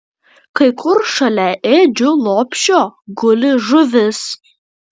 kai kur šalia ėdžių lopšio guli žuvis